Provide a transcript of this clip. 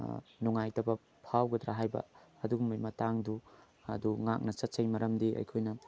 ꯅꯨꯡꯉꯥꯏꯇꯕ ꯐꯥꯎꯒꯗ꯭ꯔ ꯍꯥꯏꯕ ꯑꯗꯨꯒꯨꯝꯕꯒꯤ ꯃꯇꯥꯡꯗꯨ ꯑꯗꯨ ꯉꯥꯛꯅ ꯆꯠꯆꯩ ꯃꯔꯝꯗꯤ ꯑꯩꯈꯣꯏꯅ